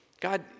God